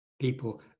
people